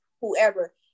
whoever